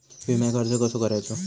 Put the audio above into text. विम्याक अर्ज कसो करायचो?